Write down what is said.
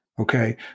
Okay